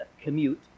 commute